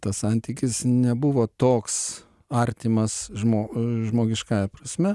tas santykis nebuvo toks artimas žmo žmogiškąja prasme